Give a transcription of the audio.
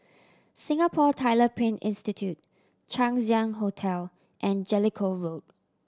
Singapore Tyler Print Institute Chang Ziang Hotel and Jellicoe Road